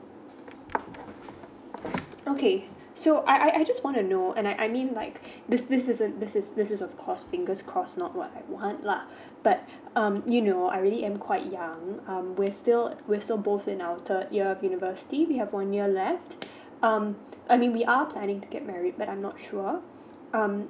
okay so I I just want to know and I I mean like this this is this is this is of course fingers crossed not what I want lah but um you know I really am quite young um we still uh we still both in our third year university we have one year left um I mean we are planning to get married but I'm not sure um